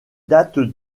datent